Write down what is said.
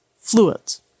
fluids